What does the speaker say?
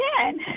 again